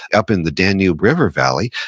up in the danube river valley,